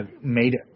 made